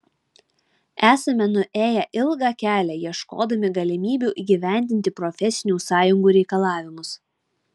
esame nuėję ilgą kelią ieškodami galimybių įgyvendinti profesinių sąjungų reikalavimus